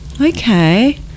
Okay